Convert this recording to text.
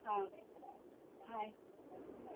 ಹಾಂ ಆಯಿತು